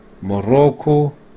Morocco